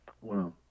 Wow